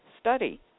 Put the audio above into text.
study